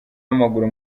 w’amaguru